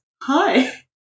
hi